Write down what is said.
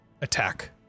attack